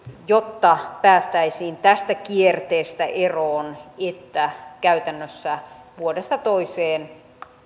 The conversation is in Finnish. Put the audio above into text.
jotta päästäisiin tästä kierteestä eroon siitä että käytännössä vuodesta toiseen